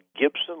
Gibson